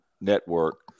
network